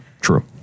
True